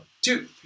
two